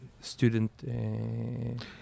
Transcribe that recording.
student